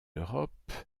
europe